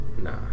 Nah